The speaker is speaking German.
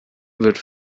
wird